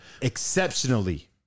exceptionally